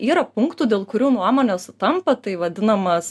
yra punktų dėl kurių nuomonė sutampa tai vadinamas